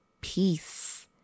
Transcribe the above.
peace